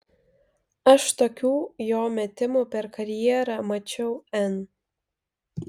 aš tokių jo metimų per karjerą mačiau n